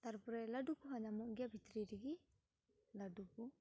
ᱛᱟᱨᱯᱚᱨᱮ ᱞᱟᱹᱰᱩ ᱠᱚᱦᱚᱸ ᱧᱟᱢᱚᱜ ᱜᱮᱭᱟ ᱵᱷᱤᱛᱨᱤ ᱨᱮᱜᱮ ᱞᱟᱹᱰᱩ ᱠᱚ